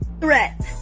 threat